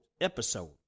episode